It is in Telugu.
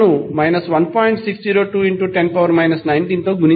60210 19తో గుణించాలి